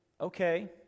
okay